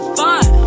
fine